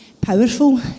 powerful